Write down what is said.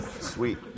Sweet